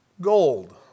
Gold